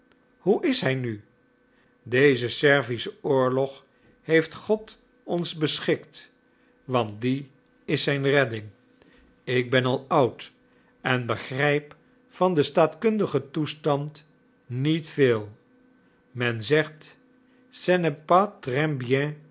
hoe is hij nu deze servische oorlog heeft god ons beschikt want die is zijn redding ik ben al oud en begrijp van den staatkundigen toestand niet veel men zegt ce n'est pas